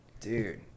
dude